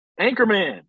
Anchorman